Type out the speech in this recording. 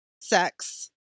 sex